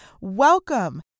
Welcome